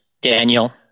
Daniel